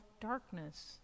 darkness